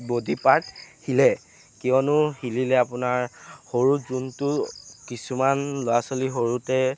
body part হিলে কিয়নো হিলিলে আপোনাৰ সৰু যোনটো কিছুমান ল'ৰা ছোৱালী সৰুতে